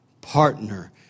partner